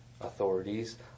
authorities